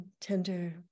tender